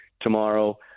tomorrow